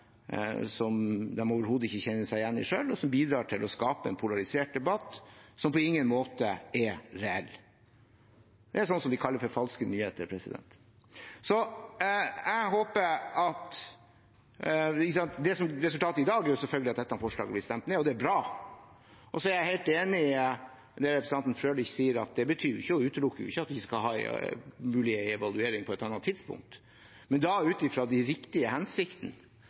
som de overhodet ikke kjenner seg igjen i, og som bidrar til å skape en polarisert debatt som på ingen måte er reell. Det er sånt som de kaller for falske nyheter. Resultatet i dag er selvfølgelig at dette forslaget blir stemt ned, og det er bra. Så er jeg helt enig i det representanten Frølich sier, at det betyr jo ikke å utelukke, det betyr ikke at vi ikke skal ha en mulig evaluering på et annet tidspunkt, men da ut ifra de riktige